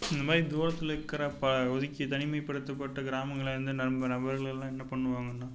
இந்த மாதிரி தூரத்தில் இருக்கிற ப ஒதுக்கி தனிமைப்படுத்தப்பட்ட கிராமங்களில் இருந்த நபர்கள் எல்லாம் என்ன பண்ணுவாங்கன்னால்